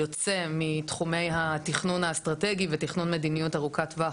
יוצא מתחומי התכנון האסטרטגי ותכנון מדיניות ארוכת טווח